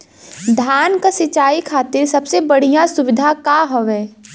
धान क सिंचाई खातिर सबसे बढ़ियां सुविधा का हवे?